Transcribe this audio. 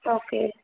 okay